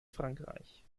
frankreich